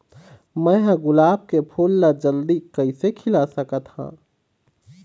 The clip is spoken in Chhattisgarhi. मैं ह गुलाब के फूल ला जल्दी कइसे खिला सकथ हा?